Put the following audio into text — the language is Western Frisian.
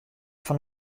fan